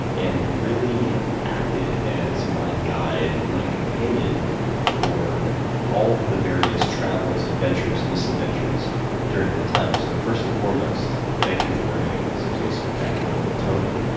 and really acted as my guide and my companion for all of the various travels, adventures, misadventures during that time. so first and foremost, thank you for writing such a spectacular little tome.